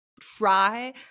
try